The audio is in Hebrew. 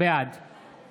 בעד